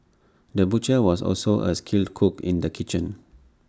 the butcher was also A skilled cook in the kitchen